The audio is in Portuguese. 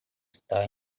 está